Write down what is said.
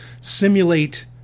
simulate